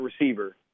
receiver